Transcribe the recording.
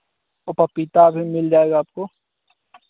और पपीता भी मिल जाएगा आपको